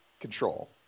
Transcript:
Control